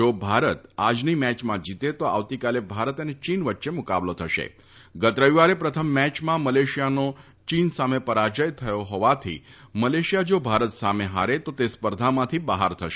જો ભારત આજની મેચમાં જીતે તો આવતીકાલે ભારત અને ચીન વચ્ચે મૂકાબલો થશે ગત રવિવારે પ્રથમ મેચમાં મલેશિયાનો ચીન સામે પરાજય થયો હોવાથી જો મલેશિયા ભારત સામે હારે તો તે સ્પર્ધામાંથી બહાર થશે